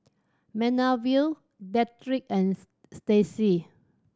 Manervia Dedrick and Stacey